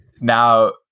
now